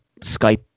Skype